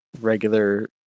regular